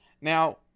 Now